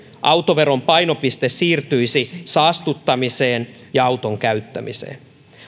autoveron painopiste siirtyisi saastuttamiseen ja auton käyttämiseen